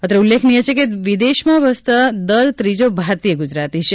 અત્રે ઉલ્લેખનીય છે કે વિદેશમાં વસતો દર ત્રીજો ભારતીય ગુજરાતી છે